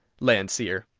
landseer.